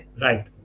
right